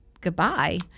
goodbye